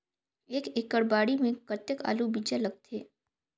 एक एकड़ बाड़ी मे कतेक आलू बीजा लगथे?